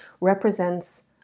represents